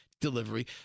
delivery